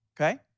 okay